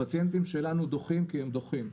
הפציינטים שלנו דוחים כי הם דוחים,